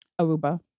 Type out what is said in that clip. Aruba